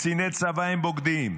וקציני צבא הם בוגדים,